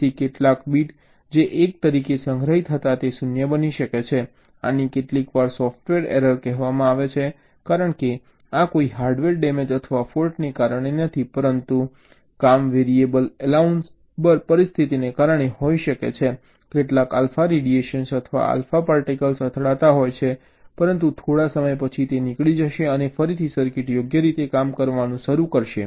તેથી કેટલાક બીટ જે 1 તરીકે સંગ્રહિત હતા તે 0 બની શકે છે આને કેટલીકવાર સોફ્ટ એરર કહેવામાં આવે છે કારણ કે આ કોઈ હાર્ડવેર ડેમેજ અથવા ફોલ્ટને કારણે નથી પરંતુ કામવેરિએબલાઉ પરિસ્થિતિને કારણે કહીએ કે કેટલાક આલ્ફા રેડિયેશન અથવા આલ્ફા પાર્ટિકલ્સ અથડાતા હોય છે પરંતુ થોડા સમય પછી તે નીકળી જશે અને ફરીથી સર્કિટ યોગ્ય રીતે કામ કરવાનું શરૂ કરશે